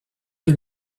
que